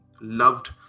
loved